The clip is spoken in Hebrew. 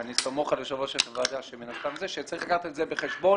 ואני סמוך על יושבת-ראש הוועדה שהיא מסכימה שצריך לקחת את זה בחשבון,